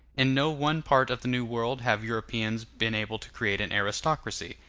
in no one part of the new world have europeans been able to create an aristocracy.